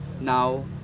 now